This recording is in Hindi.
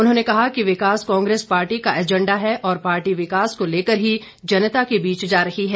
उन्होंने कहा कि विकास कांग्रेस पार्टी का एजेंडा है और पार्टी विकास को लेकर ही जनता के बीच जा रही है